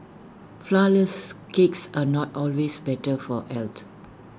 Flourless Cakes are not always better for health